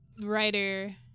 writer